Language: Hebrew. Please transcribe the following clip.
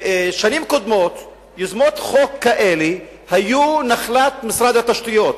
בשנים קודמות יוזמות חוק כאלה היו נחלת משרד התשתיות.